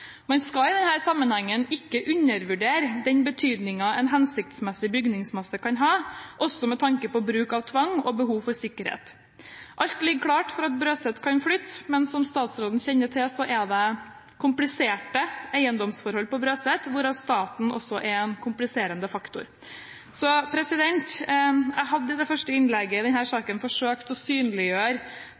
Man skal i denne sammenheng ikke undervurdere den betydningen en hensiktsmessig bygningsmasse kan ha, også med tanke på bruk av tvang og behovet for sikkerhet. Alt ligger klart for at Brøset kan flytte, men som statsråden kjenner til, er det kompliserte eiendomsforhold på Brøset, hvor staten også er en kompliserende faktor. Jeg hadde i det første innlegget i denne saken forsøkt å synliggjøre